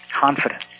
confidence